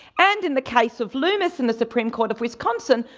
and in the case of lumus and the supreme court of wisconsin,